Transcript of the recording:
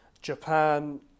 Japan